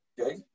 Okay